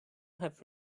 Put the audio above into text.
have